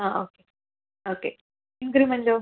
ആ okay okay ഇൻക്രിമെൻ്റോ